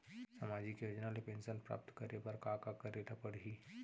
सामाजिक योजना ले पेंशन प्राप्त करे बर का का करे ल पड़ही?